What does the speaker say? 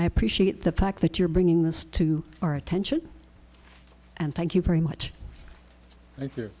i appreciate the fact that you're bringing this to our attention and thank you very much